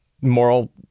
moral